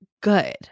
good